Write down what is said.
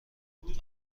قبول